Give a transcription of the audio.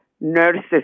nurses